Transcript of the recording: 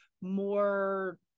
more